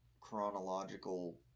chronological